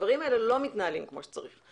הדברים האלה לא מתנהלים כמו שצריך,